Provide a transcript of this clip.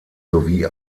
sowie